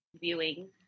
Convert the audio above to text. viewing